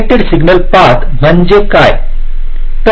directed signal path म्हणजे काय आहे